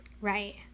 Right